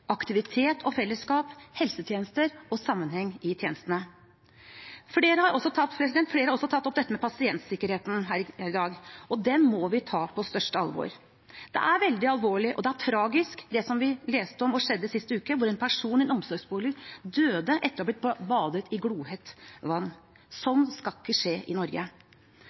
aktivitet og fellesskap, helsetjenester og sammenheng i tjenestene. Flere har også tatt opp pasientsikkerheten her i dag, og den må vi ta på største alvor. Det er veldig alvorlig, og det er tragisk det som vi leste om, som skjedde sist uke, hvor en person i en omsorgsbolig døde etter å ha blitt badet i glohett vann. Sånt skal ikke skje i Norge.